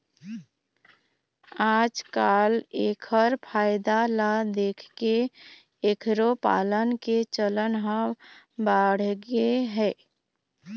आजकाल एखर फायदा ल देखके एखरो पालन के चलन ह बाढ़गे हे